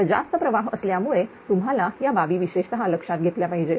तर जास्त प्रवाह असल्यामुळे तुम्हाला या बाबी विशेषतः लक्षात घेतल्या पाहिजेत